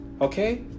Okay